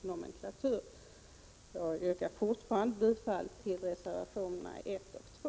Jag vidhåller mitt yrkande om bifall till reservationerna 1 och 2